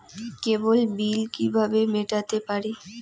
কেবল bill কিভাবে মেটাতে পারি?